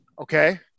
Okay